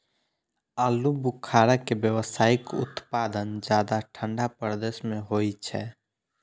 आलू बुखारा के व्यावसायिक उत्पादन ज्यादा ठंढा प्रदेश मे होइ छै